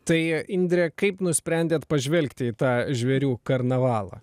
tai indre kaip nusprendėt pažvelgti į tą žvėrių karnavalą